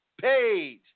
page